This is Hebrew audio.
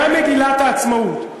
גם מגילת העצמאות,